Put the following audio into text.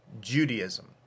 Judaism